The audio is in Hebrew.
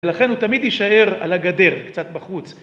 ולכן הוא תמיד יישאר על הגדר קצת בחוץ.